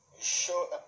show